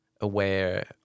aware